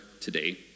today